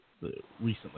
recently